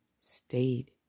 stayed